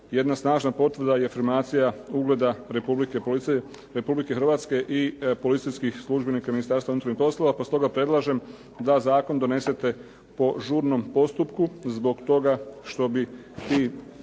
jedna snažna potvrda i afirmacija ugleda Republike Hrvatske i policijskih službenika Ministarstva unutarnjih poslova, pa stoga predlažem da zakon donesete po žurnom postupku zbog toga što bi ti